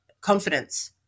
confidence